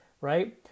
right